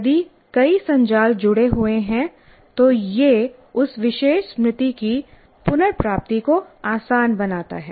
यदि कई संजाल जुड़े हुए हैं तो यह उस विशेष स्मृति की पुनर्प्राप्ति को आसान बनाता है